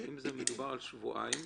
אם מדובר על שבועיים,